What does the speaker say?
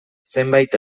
zenbait